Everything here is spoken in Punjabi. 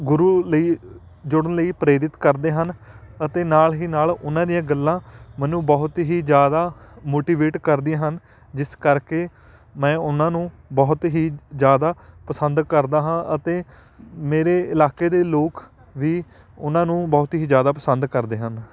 ਗੁਰੂ ਲਈ ਜੁੜਨ ਲਈ ਪ੍ਰੇਰਿਤ ਕਰਦੇ ਹਨ ਅਤੇ ਨਾਲ ਹੀ ਨਾਲ ਉਹਨਾਂ ਦੀਆਂ ਗੱਲਾਂ ਮੈਨੂੰ ਬਹੁਤ ਹੀ ਜ਼ਿਆਦਾ ਮੋਟੀਵੇਟ ਕਰਦੀਆਂ ਹਨ ਜਿਸ ਕਰਕੇ ਮੈਂ ਉਹਨਾਂ ਨੂੰ ਬਹੁਤ ਹੀ ਜ ਜ਼ਿਆਦਾ ਪਸੰਦ ਕਰਦਾ ਹਾਂ ਅਤੇ ਮੇਰੇ ਇਲਾਕੇ ਦੇ ਲੋਕ ਵੀ ਉਹਨਾਂ ਨੂੰ ਬਹੁਤ ਹੀ ਜ਼ਿਆਦਾ ਪਸੰਦ ਕਰਦੇ ਹਨ